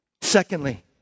Secondly